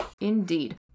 Indeed